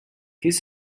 qu’est